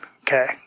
Okay